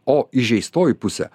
o įžeistoji pusė